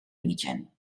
region